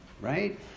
right